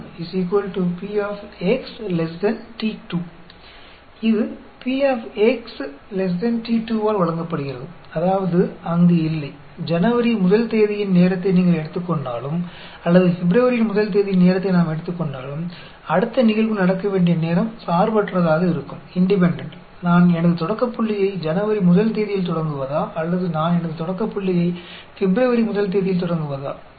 तो एक exponential random variable X के लिए हमारे पास है P द्वारा दिया गया है इसका मतलब यह है कि कोई बात नहीं है चाहे आप पहले जनवरी में एक समय लें या हम पहले फरवरी में समय लें अगली घटना के लिए समय स्वतंत्र होगा चाहे मैं अपना शुरुआती पॉइंट पहले जनवरी के रूप में शुरू करूं या मैं अपना शुरुआती पॉइंट पहले फरवरी के रूप में शुरू करूं